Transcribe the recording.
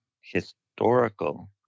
historical